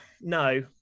No